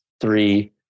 three